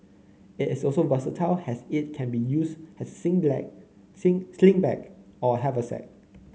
it is also versatile as it can be used as sling bag sing sling bag or a haversack